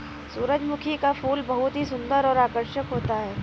सुरजमुखी का फूल बहुत ही सुन्दर और आकर्षक होता है